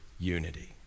unity